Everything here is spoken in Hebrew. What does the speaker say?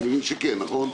אני מבין שכן, נכון?